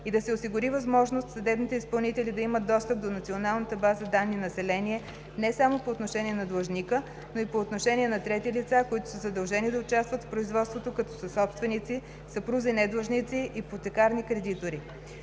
и да се осигури възможност съдебните изпълнители да имат достъп до Национална база данни „Население“ не само по отношение на длъжника, но и по отношение на трети лица, които са задължени да участват в производството като съсобственици, съпрузи недлъжници, ипотекарни кредитори.